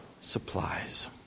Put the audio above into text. supplies